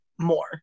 more